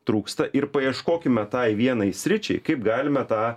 trūksta ir paieškokime tai vienai sričiai kaip galime tą